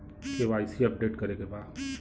KYC update करे के बा?